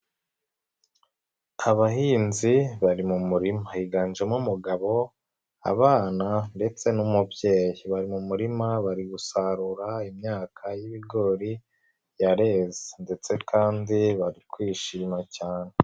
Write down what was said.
Abahinzi bari mu murima higanjemo: umugabo, abana ndetse n'umubyeyi. Bari mu murima bari gusarura imyaka y'ibigori yereze ndetse kandi bari kwishima cyane.